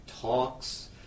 talks